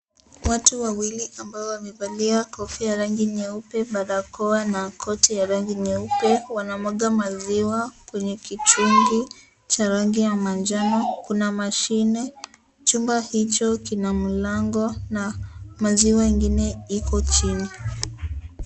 Watu wawili ambao wamevaloa kofia za rangi nyeupe, barakoa na koti nyeupe wanamwaga maziwa kwenye kichungi cha rangi ya manjano. Kuna mashine, chumba hicho kina mlango na maziwa ingine iko chini.